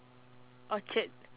Orchard